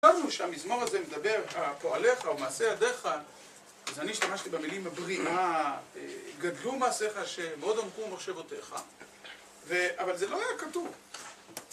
כשאמרנו שהמזמור הזה מדבר על פועליך ומעשה ידיך, אז אני השתמשתי במילים מבריא מה גדלו מעשיך השם מאוד עמקו מחשבותיך ו... אבל זה לא היה כתוב